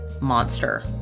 monster